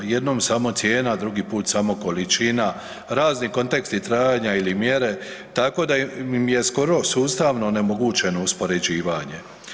Jednom samo cijena, drugi put samo količina, razni konteksti trajanja ili mjere tako da im je skoro sustavno onemogućeno uspoređivanje.